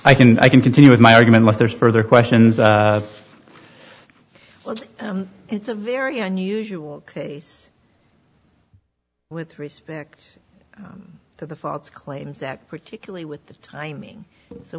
i can i can continue with my argument but there's further questions it's a very unusual case with respect to the false claims act particularly with the timing so